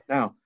Now